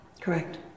Correct